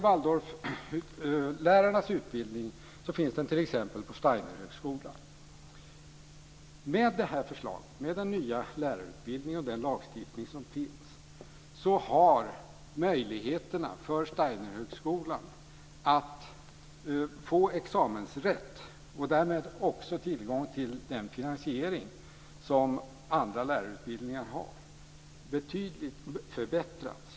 Waldorflärarnas utbildning finns t.ex. på Med den nya lärarutbildningen och den lagstiftning som finns har möjligheterna för Steinerhögskolan att få examensrätt, och därmed tillgång till den finansiering som andra lärarutbildningar har, betydligt förbättrats.